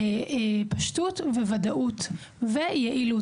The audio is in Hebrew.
ודאות ויעילות,